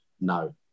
no